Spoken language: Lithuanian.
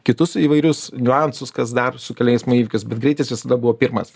kitus įvairius niuansus kas dar sukelia eismo įvykius bet greitis visada buvo pirmas